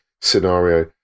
scenario